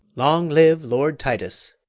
long live lord titus,